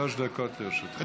בבקשה, שלוש דקות לרשותך.